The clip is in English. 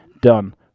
Done